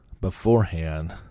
beforehand